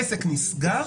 עסק נסגר